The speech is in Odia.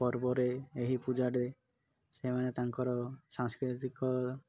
ପର୍ବରେ ଏହି ପୂଜାଟ ସେମାନେ ତାଙ୍କର ସାଂସ୍କୃତିକ